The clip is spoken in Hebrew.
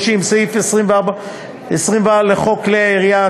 30. סעיף 24 לחוק כלי הירייה,